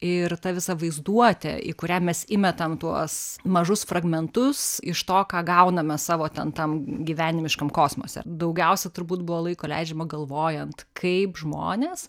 ir ta visa vaizduotė į kurią mes įmetam tuos mažus fragmentus iš to ką gauname savo ten tam gyvenimiškam kosmose daugiausiai turbūt buvo laiko leidžiama galvojant kaip žmonės